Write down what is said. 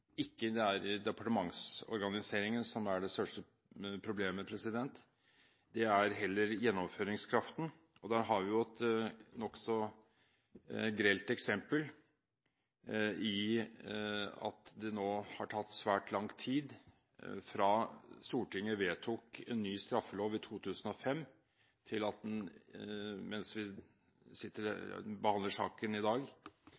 ikke det er departementsorganiseringen som er det største problemet. Det er heller gjennomføringskraften. Der har vi et nokså grelt eksempel i at det nå har gått svært lang tid siden Stortinget vedtok en ny straffelov i 2005. Mens vi behandler saken i dag,